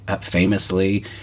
famously